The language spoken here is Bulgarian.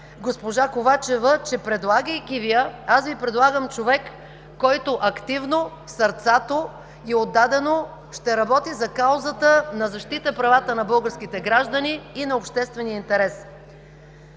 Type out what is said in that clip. госпожа Ковачева, че предлагайки Ви я, аз Ви предлагам човек, който активно, сърцато и отдадено ще работи за каузата на защита правата на българските граждани и на обществения интерес.